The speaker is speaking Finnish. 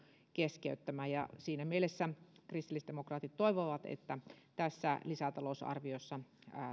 keskeyttämään siinä mielessä kristillisdemokraatit toivovat että tässä lisätalousarviossa